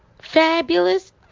Fabulous